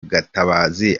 gatabazi